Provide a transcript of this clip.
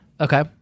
Okay